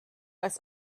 als